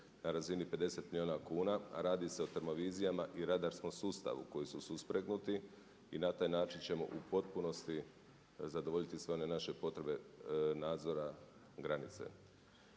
na razini 50 milijuna kuna a radi se o termovizijama i radarskom sustavu koji su suspregnuti i na taj način ćemo u potpunosti zadovoljiti sve one naše potrebe nadzora granice.